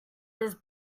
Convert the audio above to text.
his